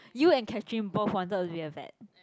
you and Catherine both wanted to be a vet